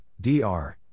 DR